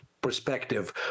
perspective